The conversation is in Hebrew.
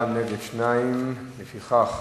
מתנגדים ואין נמנעים.